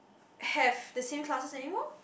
have the same classes anymore